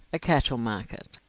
a cattle market.